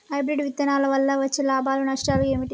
Hybrid విత్తనాల వల్ల వచ్చే లాభాలు నష్టాలు ఏమిటి?